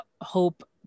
hope